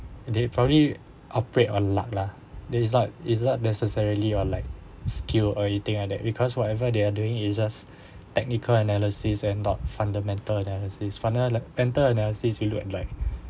they probably operate on luck lah then it's like it's not necessarily or like skill or anything like that because whatever they are doing is just technical analysis and not fundamental analysis funnel like enter analysis we look at like